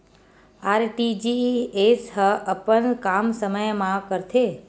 RTGS ह अपन काम समय मा करथे?